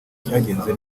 cyagenze